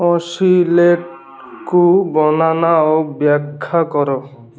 ଓସିଲେଟ୍କୁ ବନାନ ଓ ବ୍ୟାଖ୍ୟା କର